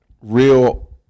real –